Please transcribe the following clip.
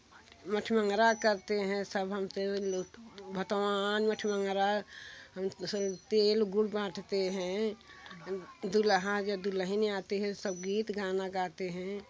मठ मंगरा करते हैं सब हमसे भतवहान मठ मंगरा तेल गुर बांटते हैं दूल्हा या दुल्हन आती है सब गीत गाना गाते हैं